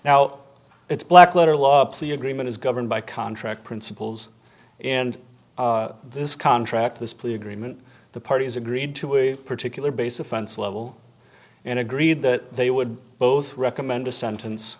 now it's black letter law a plea agreement is governed by contract principles and this contract this plea agreement the parties agreed to a particular base offense level and agreed that they would both recommend a sentence